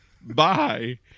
Bye